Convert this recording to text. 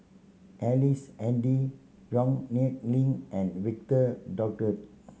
Ellice Handy Yong Nyuk Lin and Victor Doggett